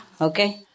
okay